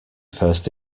first